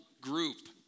group